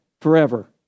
forever